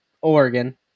Oregon